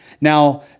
Now